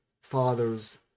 father's